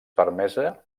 permesa